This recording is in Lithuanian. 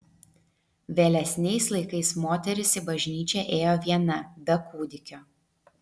vėlesniais laikais moteris į bažnyčią ėjo viena be kūdikio